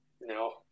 No